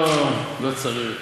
לא, לא צריך.